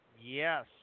Yes